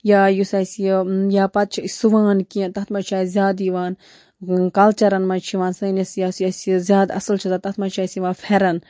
یا یُس اَسہِ یہِ یا پَتہٕ چھِ أسۍ سُوان کیٚنٛہہ تَتھ منٛز چھِ اَسہِ زیادٕ یِوان کلچرن منٛز چھِ یِوان سٲنِس یۄس یہِ زیادٕ اَصٕل چھِ آسان تَتھ منٛز چھِ اَسہِ یِوان پھٮ۪رَن